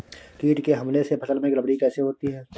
कीट के हमले से फसल में गड़बड़ी कैसे होती है?